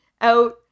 out